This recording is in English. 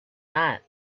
that